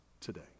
today